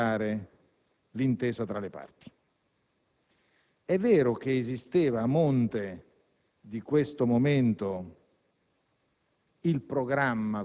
con la quale guidare l'intesa tra le parti. È vero che esisteva a monte il programma